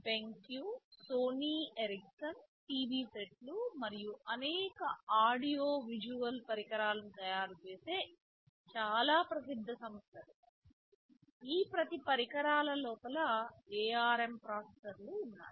బెంక్ Sony Ericsson TV సెట్లు మరియు అనేక ఆడియో విజువల్ పరికరాలను తయారుచేసే చాలా ప్రసిద్ధ సంస్థలు ఈ ప్రతి పరికరాల లోపల ARM ప్రాసెసర్లు ఉన్నాయి